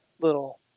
little